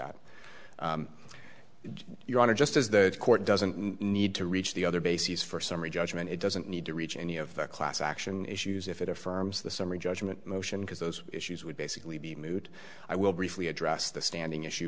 honor just as the court doesn't need to reach the other bases for summary judgment it doesn't need to reach any of the class action issues if it affirms the summary judgment motion because those issues would basically be moot i will briefly address the standing issue